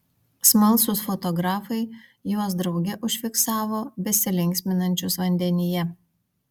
smalsūs fotografai juos drauge užfiksavo besilinksminančius vandenyje